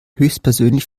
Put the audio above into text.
höchstpersönlich